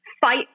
fight